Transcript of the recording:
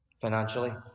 financially